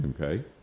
okay